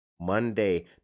Monday